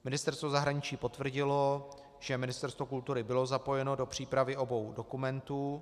Ministerstvo zahraničí potvrdilo, že Ministerstvo kultury bylo zapojeno do přípravy obou dokumentů.